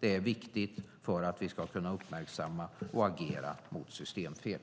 Det är viktigt för att vi ska kunna uppmärksamma och agera mot systemfel.